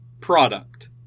product